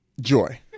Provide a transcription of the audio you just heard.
Joy